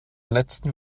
letzten